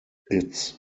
its